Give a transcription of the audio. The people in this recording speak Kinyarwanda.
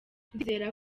ndizera